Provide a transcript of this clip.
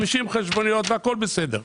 50 חשבוניות והכול בסדר.